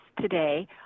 today